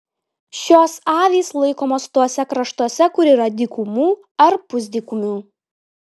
šios avys laikomos tuose kraštuose kur yra dykumų ar pusdykumių